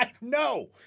No